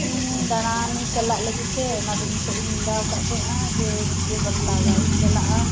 ᱤᱧ ᱫᱟᱬᱟᱱ ᱪᱟᱞᱟᱜ ᱞᱟᱜᱤᱫ ᱛᱮ ᱟᱭᱢᱟ ᱫᱤᱱ ᱠᱷᱚᱡ ᱤᱧ ᱱᱮᱰᱟᱣ ᱟᱠᱟᱫ ᱛᱟᱦᱮᱸᱫᱼᱟ ᱡᱮ ᱢᱤᱫᱴᱮᱡ ᱵᱟᱯᱞᱟ ᱚᱲᱟᱜ ᱤᱧ ᱪᱟᱞᱟᱜᱼᱟ